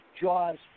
jaws